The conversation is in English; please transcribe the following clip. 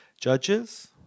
Judges